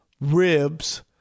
ribs